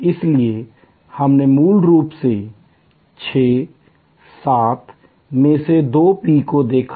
इसलिए हमने मूल रूप से 6 7 में से दो P को देखा